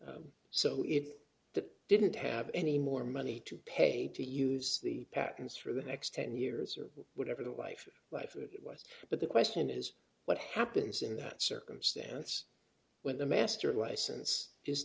that didn't have any more money to pay to use the patents for the next ten years or whatever the life life it was but the question is what happens in that circumstance when the master license